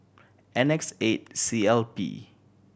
N X eight C L P